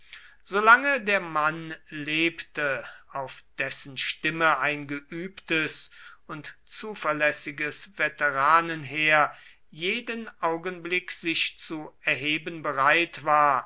solange der mann lebte auf dessen stimme ein geübtes und zuverlässiges veteranenheer jeden augenblick sich zu erheben bereit war